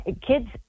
kids